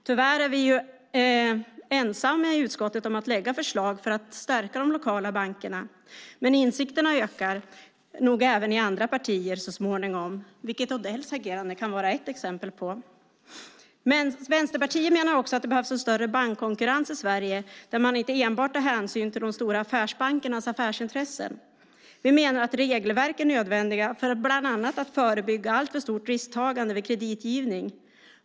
Tyvärr är vi ensamma i utskottet om att lägga fram förslag för att stärka de lokala bankerna. Men insikterna ökar nog även i andra partier så småningom, vilket Odells agerande kan vara ett exempel på. Vänsterpartiet menar också att det behövs en större bankkonkurrens i Sverige där man inte enbart tar hänsyn till de stora affärsbankernas affärsintressen. Vi menar att regelverk är nödvändiga bland annat för att förebygga alltför stort risktagande vid kreditgivning.